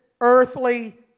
earthly